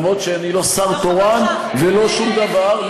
למרות שאני לא שר תורן ולא שום דבר.